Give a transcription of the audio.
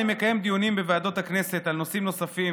אני מקיים דיונים בוועדות הכנסת על נושאים נוספים